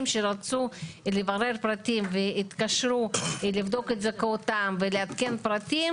שרצו לברר פרטים והתקשרו לבדוק את זכאותם ולעדכן פרטים,